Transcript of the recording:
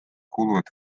kuuluvad